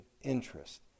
interest